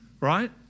right